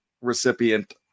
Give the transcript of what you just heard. recipient